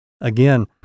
again